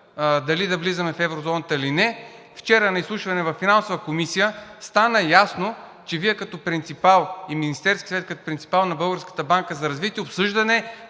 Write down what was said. –дали да влизаме в еврозоната или не, вчера на изслушване във Финансовата комисия стана ясно, че Вие като принципал и Министерският съвет като принципал на Българската банка за развитие